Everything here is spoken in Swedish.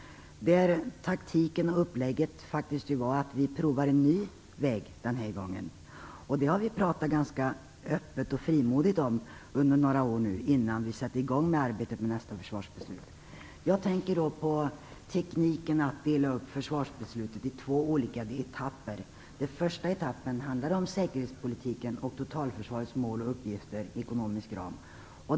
Taktiken och upplägget var ju faktiskt att vi den här gången skulle prova en ny väg. Det har vi nu talat ganska öppet och frimodigt om under några år, innan vi sätter i gång med arbetet inför nästa försvarsbeslut. Jag tänker då på tekniken att dela upp försvarsbeslutet i två olika etapper. Den första etappen handlar om säkerhetspolitiken, totalförsvarets mål, uppgifter och ekonomisk ram.